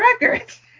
records